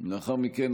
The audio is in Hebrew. לאחר מכן,